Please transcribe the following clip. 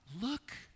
look